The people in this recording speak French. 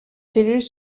cellules